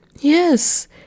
Yes